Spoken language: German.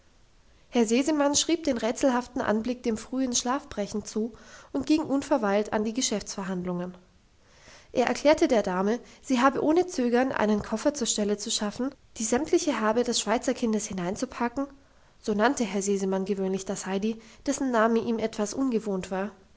herr sesemann schrieb den rätselhaften anblick dem frühen schlafbrechen zu und ging unverweilt an die geschäftsverhandlungen er erklärte der dame sie habe ohne zögern einen koffer zur stelle zu schaffen die sämtliche habe des schweizerkindes hineinzupacken so nannte herr sesemann gewöhnlich das heidi dessen name ihm etwas ungewohnt war dazu